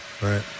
right